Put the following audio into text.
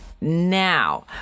Now